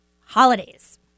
Holidays